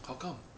how come